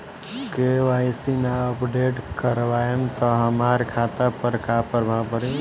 KYC ना update करवाएम त हमार खाता पर का प्रभाव पड़ी?